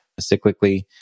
cyclically